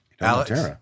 alex